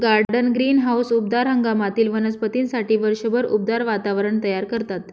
garden greenhouse उबदार हंगामातील वनस्पतींसाठी वर्षभर उबदार वातावरण तयार करतात